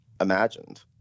imagined